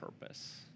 purpose